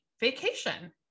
vacation